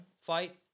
fight